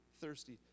thirsty